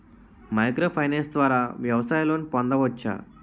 Micro finance ద్వారా వ్యవసాయ loan పొందవచ్చా?